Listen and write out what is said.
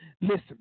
Listen